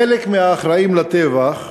חלק מהאחראים לטבח,